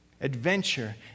adventure